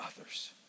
others